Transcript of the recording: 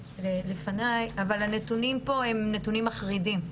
לפניי אבל הנתונים פה הם נתונים מחרידים,